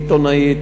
עיתונאית,